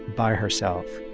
by herself.